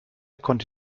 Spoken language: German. konnte